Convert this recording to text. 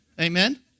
Amen